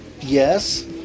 Yes